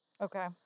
Okay